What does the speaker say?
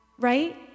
right